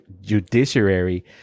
judiciary